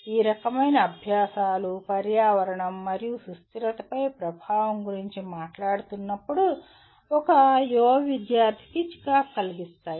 ఈ రకమైన అభ్యాసాలు పర్యావరణం మరియు సుస్థిరతపై ప్రభావం గురించి మాట్లాడుతున్నప్పుడు ఒక యువ విద్యార్థి కి చికాకు కలిగిస్తాయి